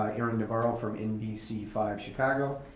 ah erin nevarro from nbc five chicago.